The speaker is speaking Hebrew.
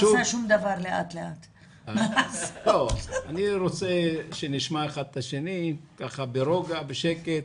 אני רוצה שנשמע אחד את השני ברוגע, בשקט.